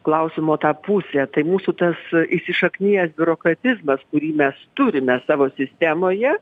klausimo tą pusę tai mūsų tas įsišaknijęs biurokratizmas kurį mes turime savo sistemoje